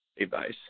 advice